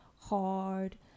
hard